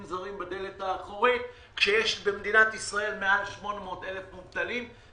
זרים בדלת האחורית כשיש במדינת ישראל מעל 800,000 מובטלים.